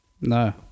No